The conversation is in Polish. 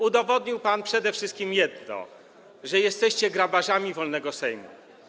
Udowodnił pan przede wszystkim jedno, że jesteście grabarzami wolnego Sejmu.